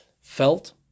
felt